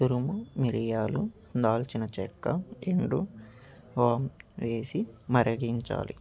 తురుము మిరియాలు దాల్చిన చెక్క ఎండు వాము వేసి మరిగించాలి